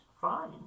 fine